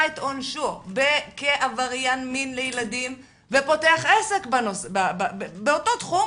עונשו כעבריין מין בילדים ופותח עסק באותו תחום,